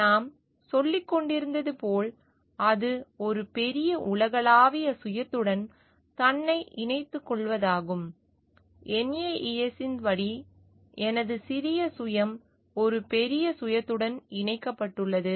நாம் சொல்லிக் கொண்டிருந்தது போல் அது ஒரு பெரிய உலகளாவிய சுயத்துடன் தன்னை இணைத்துக்கொள்வதாகும் Naes இன் படி எனது சிறிய சுயம் ஒரு பெரிய சுயத்துடன் இணைக்கப்பட்டுள்ளது